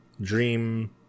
dream